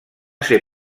ser